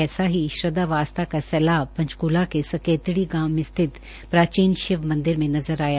ऐसा ही श्रद्वा व आस्था का सैलाब पंचकूला के सकेतड़ी गांव में स्तिथ प्राचीन शिव मंदिर में नज़र आया